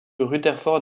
rutherford